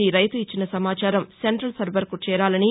కి రైతు ఇచ్చిన సమాచారం సెంటల్ సర్వర్కు చేరాలని